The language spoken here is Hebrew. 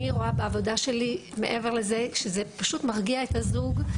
אני רואה בעבודה שלי מעבר לזה שזה מרגיע את הזוג,